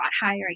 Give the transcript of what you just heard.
higher